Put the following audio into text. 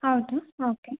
ಹೌದು ಓಕೆ